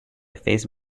phase